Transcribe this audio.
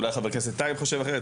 אולי חבר הכנסת טייב חושב אחרת.